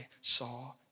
saw